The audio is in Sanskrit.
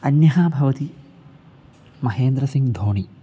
अन्यः भवति महेन्द्रसिङ्ग्धोणि